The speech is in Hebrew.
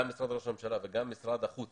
גם משרד ראש הממשלה וגם משרד החוץ